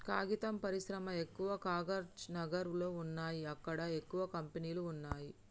కాగితం పరిశ్రమ ఎక్కవ కాగజ్ నగర్ లో వున్నాయి అక్కడ ఎక్కువ కంపెనీలు వున్నాయ్